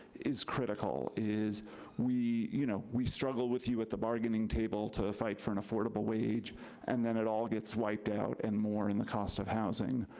is critical is you know, we struggle with you at the bargaining table to fight for an affordable wage and then it all gets wiped out and more in the cost of housing.